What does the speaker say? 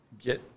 get